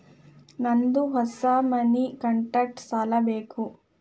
ನಂದು ಹೊಸ ಮನಿ ಕಟ್ಸಾಕ್ ಸಾಲ ಬೇಕು